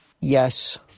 yes